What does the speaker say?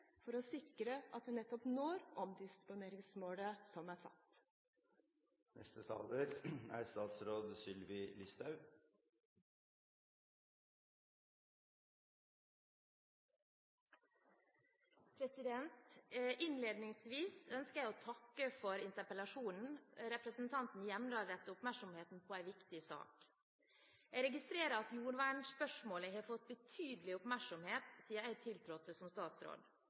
for å sikre at vi når omdisponeringsmålet som er satt? Innledningsvis ønsker jeg å takke for interpellasjonen. Representanten Hjemdal retter oppmerksomheten på en viktig sak. Jeg registrerer at jordvernspørsmålet har fått betydelig oppmerksomhet siden jeg tiltrådte som statsråd.